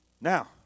Now